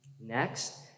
Next